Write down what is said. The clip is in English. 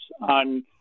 on